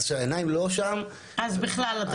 אז כשהעיניים לא שם --- אז בכלל אתה אומר.